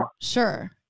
Sure